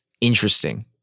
interesting